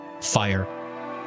fire